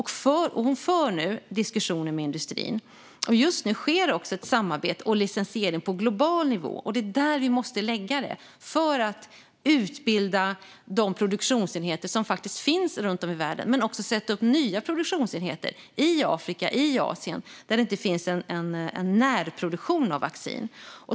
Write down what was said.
Hon för nu diskussioner med industrin. Just nu sker ett samarbete och licensiering på global nivå. Det är där vi måste lägga det för att utbilda de produktionsenheter som finns runt om i världen och också sätta upp nya produktionsenheter i Afrika och Asien där det inte finns en närproduktion av vaccin.